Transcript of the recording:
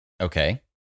okay